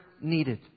needed